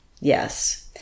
yes